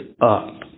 up